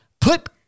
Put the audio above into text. put